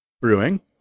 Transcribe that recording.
Brewing